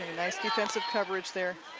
nice defensive coverage there.